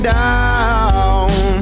down